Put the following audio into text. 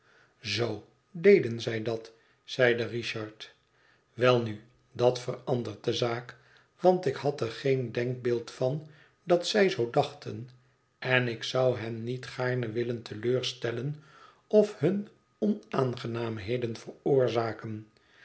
zoo deden zij dat zeide richard welnu dat verandert de zaak want ik had er geen denkbeeld van dat zij zoo dachten en ik zou hen niet gaarne willen te leur stellen of hun onaangenaamheden veroorzaken